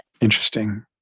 Interesting